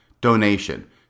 donation